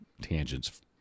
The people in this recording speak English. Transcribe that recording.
tangents